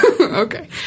Okay